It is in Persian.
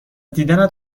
دیدنت